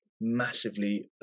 massively